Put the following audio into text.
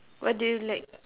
what do you like